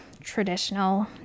traditional